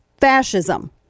fascism